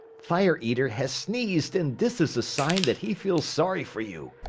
fire eater has sneezed and this is a sign that he feels sorry for you.